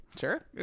Sure